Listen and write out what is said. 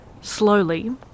Slowly